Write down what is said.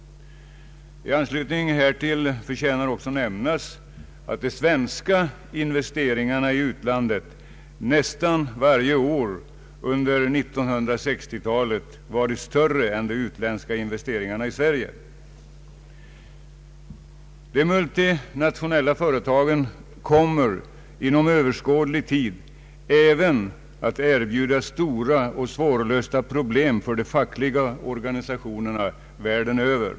I anslutning härtill förtjänar det också nämnas att de svenska investeringarna i utlandet nästan varje år under 1960 talet varit större än de utländska investeringarna i Sverige. De multinationella företagen kommer inom överskådlig tid att erbjuda stora och svårlösta problem även för de fackliga organisationerna världen över.